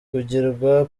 kugirwa